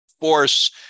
force